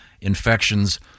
infections